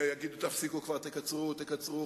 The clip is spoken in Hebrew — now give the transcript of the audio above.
ויגידו: תפסיקו כבר, תקצרו, תקצרו.